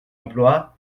emplois